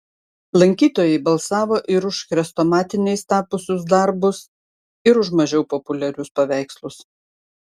lankytojai balsavo ir už chrestomatiniais tapusius darbus ir už mažiau populiarius paveikslus